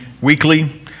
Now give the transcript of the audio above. weekly